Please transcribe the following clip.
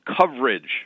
coverage